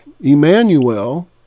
Emmanuel